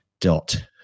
Dot